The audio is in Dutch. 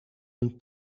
een